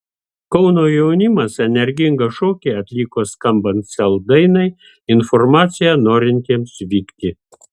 kauno jaunimas energingą šokį atliko skambant sel dainai informacija norintiems vykti